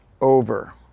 over